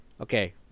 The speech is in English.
okay